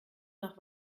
nach